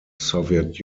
soviet